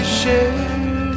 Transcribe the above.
share